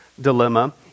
dilemma